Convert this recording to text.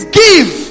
give